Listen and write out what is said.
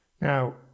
Now